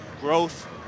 growth